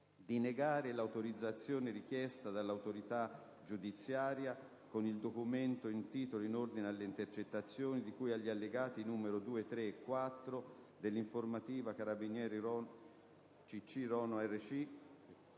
di negare l'autorizzazione richiesta dall'autorità giudiziaria con il documento in titolo in ordine alle intercettazioni di cui agli allegati nn. 2, 3 e 4 dell'informativa CC-RONO-RC